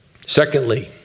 secondly